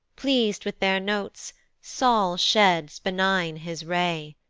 pleas'd with their notes sol sheds benign his ray,